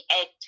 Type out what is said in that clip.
act